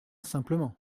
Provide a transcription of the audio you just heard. simplement